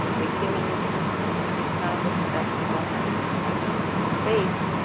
ah with humanism we discovered that we don't have to accept our fate,